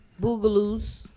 boogaloos